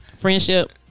Friendship